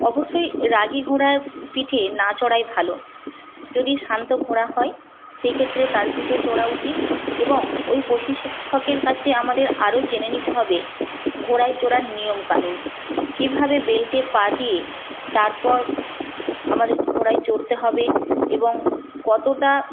অবশ্যই রাগী ঘোড়ার পিঠে না চড়াই ভালো যদি শান্ত ঘোড়া হয় সেক্ষেত্রে তার পিঠে চড়া উচিত এবং ওই প্রশিক্ষকের কাছে আমাদের আরো জেনে নিতে হবে ঘোড়ায় চড়ার নিয়ম কানুন কিভাবে বেল্টে পা দিয়ে তারপর আমাদের ঘোড়ায় চড়তে হবে এবং কতটা